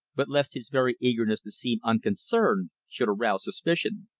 but lest his very eagerness to seem unconcerned should arouse suspicion.